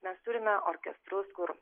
mes turime orkestrus kur